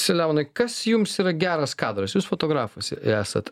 selemonai kas jums yra geras kadras jūs fotografas esat